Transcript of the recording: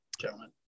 gentlemen